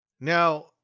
now